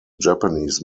japanese